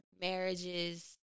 marriages